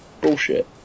bullshit